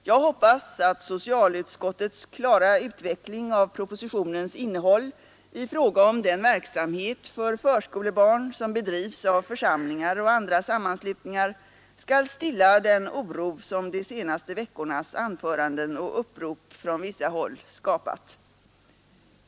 Jag hoppas att socialutskottets klara utveckling av propositionens innehåll i fråga om den verksamhet för förskolebarn som bedrivs av församlingar och andra sammanslutningar skall stilla den oro som de senaste veckornas anföranden och upprop från vissa håll skapat.